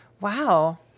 Wow